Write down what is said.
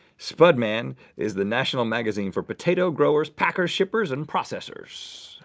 spudman is the national magazine for potato growers, packers, shippers, and processors.